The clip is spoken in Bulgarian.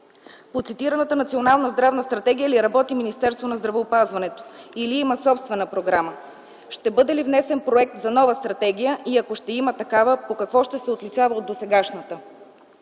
По цитираната Национална здравна стратегия ли работи Министерство на здравеопазването или има собствена програма? Ще бъде ли внесен проект за нова стратегия и ако ще има такава, по какво ще се отличава от досегашната?